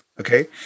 Okay